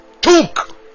took